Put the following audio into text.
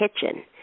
kitchen